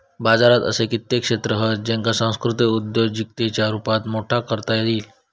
बाजारात असे कित्येक क्षेत्र हत ज्येंका सांस्कृतिक उद्योजिकतेच्या रुपात मोठा करता येईत